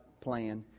plan